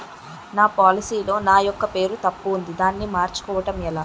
నా పోలసీ లో నా యెక్క పేరు తప్పు ఉంది దానిని మార్చు కోవటం ఎలా?